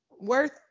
worth